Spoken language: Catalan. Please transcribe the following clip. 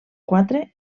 quatre